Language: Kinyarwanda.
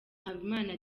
habimana